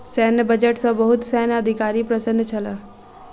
सैन्य बजट सॅ बहुत सैन्य अधिकारी प्रसन्न छल